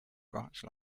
branch